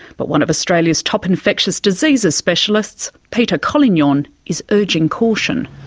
but one of australia's top infectious diseases specialists, peter collignon, is urging caution.